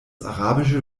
arabische